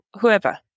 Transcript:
whoever